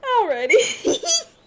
Alrighty